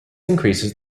increases